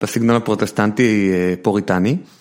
בסגנון הפרוטסטנטי פוריטני